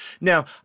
Now